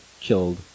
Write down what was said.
killed